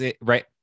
Right